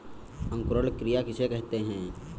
अंकुरण क्रिया किसे कहते हैं?